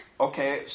okay